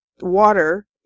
water